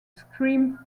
scream